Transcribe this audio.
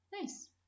Nice